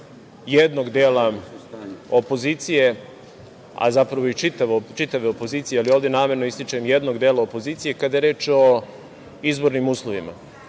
jednog dela opozicije, zapravo čitave opozicije ali ovde namerno ističem – jednog dela opozicije, kada je reč o izbornim uslovima.O